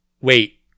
wait